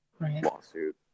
lawsuit